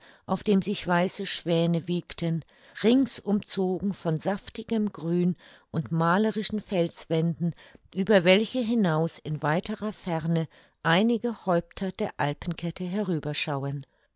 auf dem sich weiße schwäne wiegten rings umzogen von saftigem grün und malerischen felswänden über welche hinaus in weiterer ferne einige häupter der alpenkette